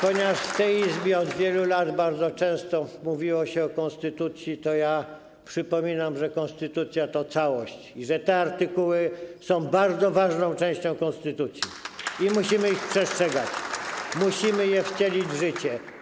Ponieważ w tej Izbie od wielu lat bardzo często mówiło się o konstytucji, to przypominam, że konstytucja to całość i że te artykuły są bardzo ważną częścią konstytucji i musimy ich przestrzegać, musimy je wcielić w życie.